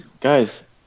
Guys